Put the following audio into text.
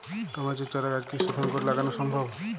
টমেটোর চারাগাছ কি শোধন করে লাগানো সম্ভব?